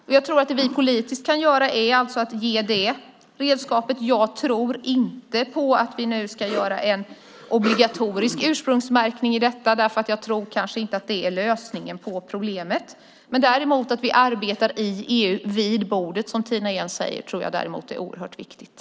Det som vi politiskt kan göra är att ge det redskapet. Jag tror inte på att vi nu ska göra ursprungsmärkningen obligatorisk. Jag tror inte att det är lösningen på problemet. Däremot tror jag att det är viktigt att vi jobbar i EU, vid bordet, som Tina Ehn säger.